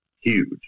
huge